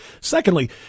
Secondly